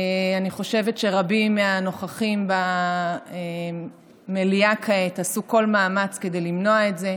אני חושבת שרבים מהנוכחים במליאה כעת עשו כל מאמץ כדי למנוע את זה,